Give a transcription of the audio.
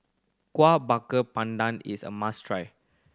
Kueh Bakar Pandan is a must try